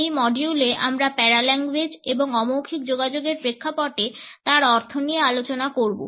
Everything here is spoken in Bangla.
এই মডিউলে আমরা প্যারাল্যাঙ্গুয়েজ এবং অমৌখিক যোগাযোগের প্রেক্ষাপটে তার অর্থ নিয়ে আলোচনা করবো